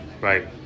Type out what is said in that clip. right